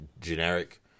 generic